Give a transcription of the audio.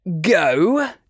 Go